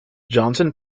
johnson